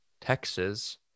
texas